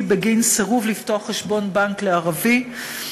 בגין סירוב לפתוח חשבון בנק לערבי,